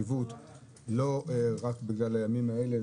לא רק בגלל הימים האלה,